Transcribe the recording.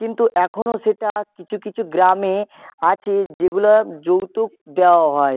কিন্তু এখনো সেটা কিছু কিছু গ্রামে আছে যেগুলো যৌতুক দেওয়াও হয়